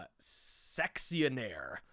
Sexionaire